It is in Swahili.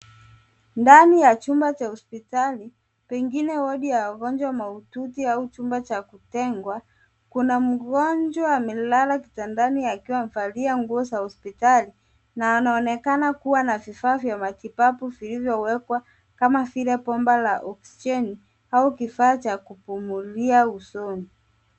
Ndani ya chumba cha hospitali, pengine wodi ya wagonjwa mahututi au chumba cha kutengwa. Kuna mgonjwa amelala kitandani akiwa amevalia nguo za hospitali, na anaonekana kuwa na vifaa vya matibabu vilivyowekwa kama vile bomba la oksijeni au kifaa cha kupumulia usoni.